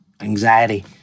anxiety